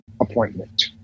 appointment